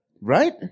Right